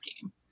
game